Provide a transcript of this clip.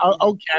okay